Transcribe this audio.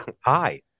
Hi